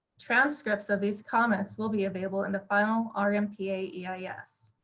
transcripts of these comments will be available in the final ah rmpa yeah yeah eis.